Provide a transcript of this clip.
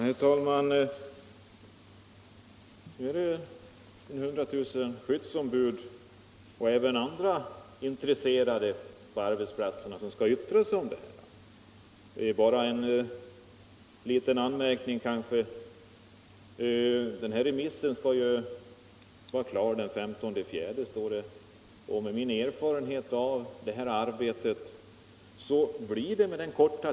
Herr talman! Det är 100 000 skyddsombud och även andra intresserade på arbetsplatserna som skall yttra sig i den här frågan. Jag vill därför göra en liten anmärkning. Remissen skall vara klar den 15 april, och med min erfarenhet av sådant här arbete är tiden för kort.